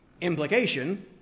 Implication